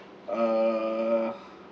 uh